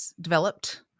developed